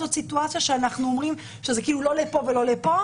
זאת סיטואציה שאנחנו אומרים שזה כאילו לא לפה ולא לשם.